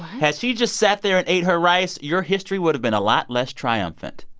had she just sat there and ate her rice, your history would've been a lot less triumphant.